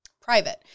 private